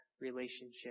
relationship